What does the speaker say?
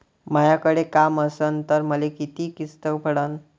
मायाकडे काम असन तर मले किती किस्त पडन?